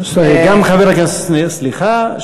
סליחה,